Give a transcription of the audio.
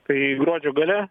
tai gruodžio gale